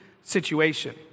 situation